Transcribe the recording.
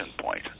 point